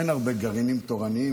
אין הרבה גרעינים תורניים.